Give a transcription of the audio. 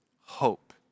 hope